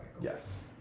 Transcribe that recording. Yes